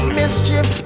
mischief